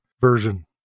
version